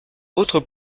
autre